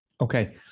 Okay